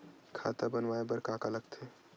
खाता बनवाय बर का का लगथे?